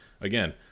again